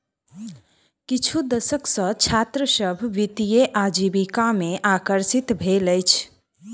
किछु दशक सॅ छात्र सभ वित्तीय आजीविका में आकर्षित भेल अछि